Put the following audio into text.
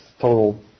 total